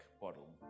bottle